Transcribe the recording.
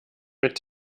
mit